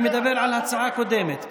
אני מדבר על ההצעה הקודמת.